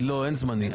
לא, אין זמני.